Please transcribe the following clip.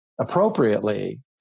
appropriately